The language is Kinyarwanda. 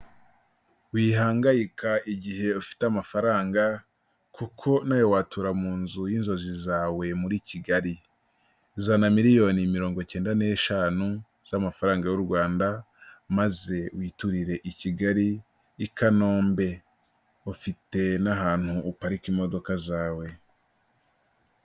Wihangayika igihe ufite amafaranga kuko nawe watura mu nzu y'inzozi zawe muri Kigali, zana miliyoni mirongo icyenda n'eshanu z'amafaranga y'u Rwanda maze witurire i Kigali i Kanombe, ufite n'ahantu uparika imodoka zawe.